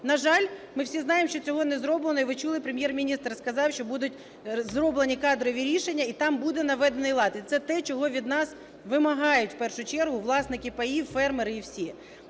На жаль, ми всі знаємо, що цього не зроблено, і ви чули Прем'єр-міністра, сказав, що будуть зроблені кадрові рішення, і там буде наведений лад. І це те, чого від нас вимагають, в першу чергу, власники паїв, фермери і всі.